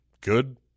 good